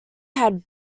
had